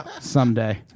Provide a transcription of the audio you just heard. someday